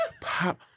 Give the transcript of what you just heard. Pop